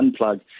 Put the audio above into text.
unplug